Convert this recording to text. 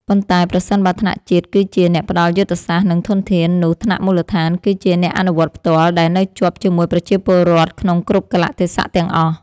ប៉ុន្តែប្រសិនបើថ្នាក់ជាតិគឺជា អ្នកផ្ដល់យុទ្ធសាស្ត្រ និងធនធាន នោះថ្នាក់មូលដ្ឋានគឺជា អ្នកអនុវត្តផ្ទាល់ ដែលនៅជាប់ជាមួយប្រជាពលរដ្ឋក្នុងគ្រប់កាលៈទេសៈទាំងអស់។